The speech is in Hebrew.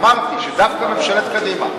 אמרתי שדווקא ממשלת קדימה,